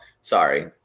sorry